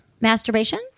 Masturbation